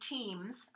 Teams